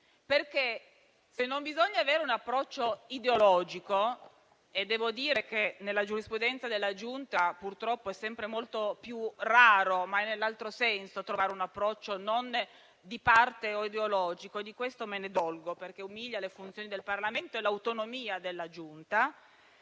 infatti, non bisogna avere un approccio ideologico - e devo dire che nella giurisprudenza della Giunta, purtroppo, è sempre molto più raro trovare un approccio non di parte o non ideologico e di questo mi dolgo, perché ciò umilia le funzioni del Parlamento e l'autonomia della Giunta